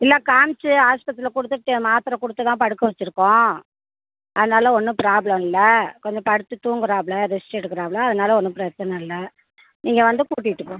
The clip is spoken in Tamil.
இல்லை காமிச்சு ஆஸ்பத்திரியில் கொடுத்துட்டு மாத்திரை கொடுத்து தான் படுக்க வைச்சுருக்கோம் அதனாலே ஒன்றும் ப்ராப்ளம் இல்லை கொஞ்சம் படுத்து தூங்குறாப்ல ரெஸ்ட் எடுக்குறாப்ல அதனால் ஒன்றும் பிரச்சனை இல்லை நீங்கள் வந்து கூட்டிகிட்டு போங்க